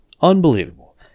Unbelievable